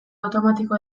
automatiko